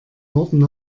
norden